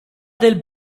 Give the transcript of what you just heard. del